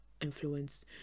influence